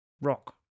rock